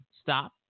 Stop